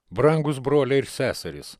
brangūs broliai ir seserys